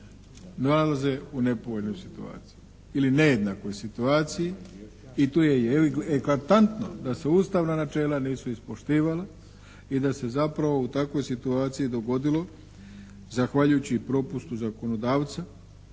nalaze u nepovoljnoj situaciji ili nejednakoj situaciji i tu je eklatantno da se ustavna načela nisu ispoštivala. I da se zapravo u takvoj situaciji dogodilo zahvaljujući i propustu zakonodavca,